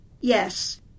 Yes